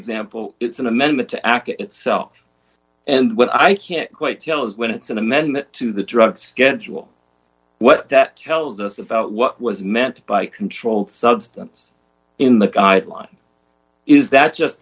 sample it's an amendment to ak itself and what i can't quite tell is when it's an amendment to the drugs get you all what that tells us about what was meant by controlled substance in the guidelines is that just